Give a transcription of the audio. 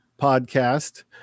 podcast